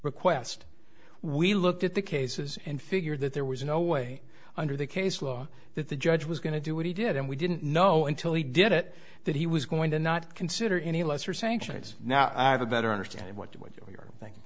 request we looked at the cases and figured that there was no way under the case law that the judge was going to do what he did and we didn't know until he did it that he was going to not consider any lesser sanctions now i have a better understanding what